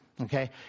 okay